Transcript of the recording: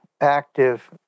active